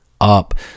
up